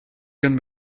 can